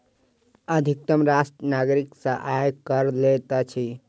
अधितम राष्ट्र नागरिक सॅ आय कर लैत अछि